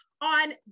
on